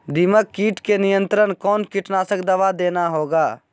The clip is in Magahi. दीमक किट के नियंत्रण कौन कीटनाशक दवा देना होगा?